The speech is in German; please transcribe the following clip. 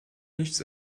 nichts